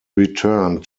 returned